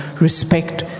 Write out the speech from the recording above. respect